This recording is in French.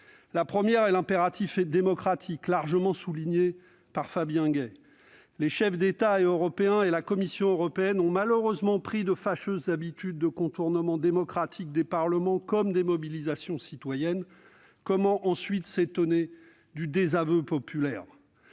La première est l'impératif démocratique, largement souligné par notre collègue Fabien Gay. Les chefs d'État européens et la Commission européenne ont malheureusement pris de fâcheuses habitudes de contournement démocratique des parlements comme des mobilisations citoyennes. Dès lors, comment s'étonner du désaveu populaire ?